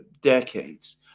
decades